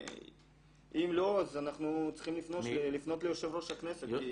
אם לא, אז אנחנו צריכים לפנות ליושב-ראש הכנסת.